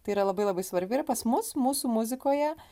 tai yra labai labai svarbi ir pas mus mūsų muzikoje